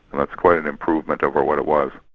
and it's quite an improvement over what it was.